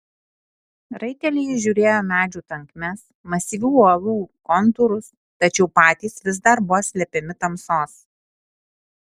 raiteliai įžiūrėjo medžių tankmes masyvių uolų kontūrus tačiau patys vis dar buvo slepiami tamsos